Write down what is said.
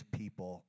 people